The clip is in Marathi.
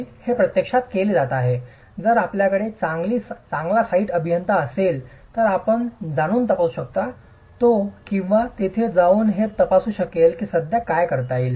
हे प्रत्यक्षात केले आहे जर आपल्याकडे चांगली साइट अभियंता असेल तर आपण जाऊन तपासू शकता तो किंवा ती तेथे जाऊन हे तपासू शकेल की हे साध्य करता येईल का